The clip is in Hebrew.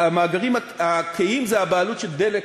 החלקים הכהים זה הבעלות של "דלק"